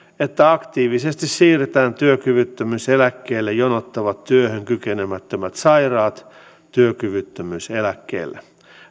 että aktiivisesti siirretään työkyvyttömyyseläkkeelle jonottavat työhön kykenemättömät sairaat työkyvyttömyyseläkkeelle